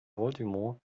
baltimore